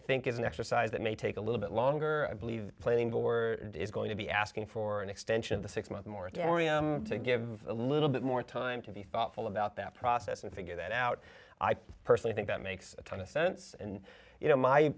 think is an exercise that may take a little bit longer i believe planning board is going to be asking for an extension the six month moratorium to give a little bit more time to be thoughtful about that process and figure that out i personally think that makes a kind of sense and you know my